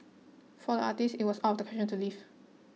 for the artist it was out of the question to leave